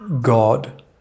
God